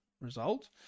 result